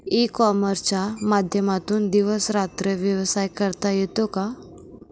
E कॉमर्सच्या माध्यमातून दिवस रात्र व्यवसाय करता येतो का?